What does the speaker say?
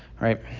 right